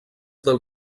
del